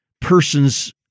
person's